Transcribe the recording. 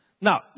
Now